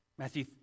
Matthew